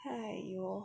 !aiyo!